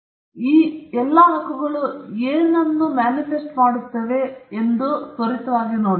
ಈಗ ಈ ಹಕ್ಕುಗಳು ಏನೆಲ್ಲಾ ಅವರು ಮ್ಯಾನಿಫೆಸ್ಟ್ ಮಾಡುತ್ತವೆ ಎಂಬುದರ ಮೂಲಕ ತ್ವರಿತ ರನ್